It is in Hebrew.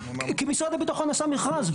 כי משרד הביטחון עשה מכרז,